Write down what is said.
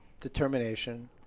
determination